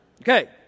Okay